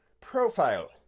profile